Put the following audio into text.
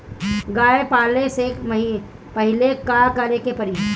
गया पाले से पहिले का करे के पारी?